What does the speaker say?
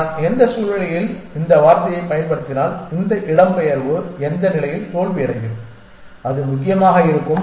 நான் எந்த சூழ்நிலையில் இந்த வார்த்தையை பயன்படுத்தினால் இந்த இடம்பெயர்வு எந்த நிலையில் தோல்வியடையும் அது முக்கியமாக இருக்கும்